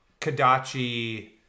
Kadachi